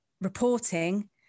reporting